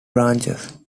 branches